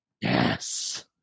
yes